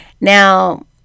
Now